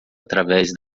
através